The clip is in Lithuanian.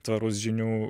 tvarus žinių